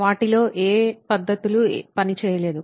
వాటిలో ఏ పద్ధతులు పని చేయలేదు